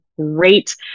great